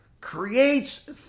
creates